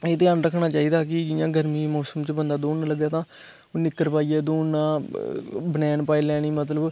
एह् ध्यान रक्खना चाहिदा कि जि'यां गर्मी दे मौसम च बंदा दौड़न लगै तां निक्कर पाइयै दौड़ना बनैन पाई लैनी मतलब